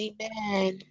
Amen